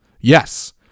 Yes